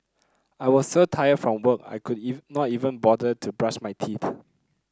I was so tired from work I could not even bother to brush my teeth